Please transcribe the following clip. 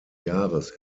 jahres